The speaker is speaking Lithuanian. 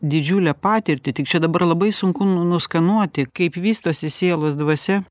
didžiulę patirtį tik čia dabar labai sunku nu nuskanuoti kaip vystosi sielos dvasia